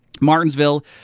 Martinsville